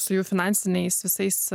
su jų finansiniais visais